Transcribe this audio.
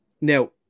Now